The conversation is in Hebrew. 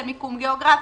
למיקום גיאוגרפי,